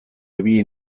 ibili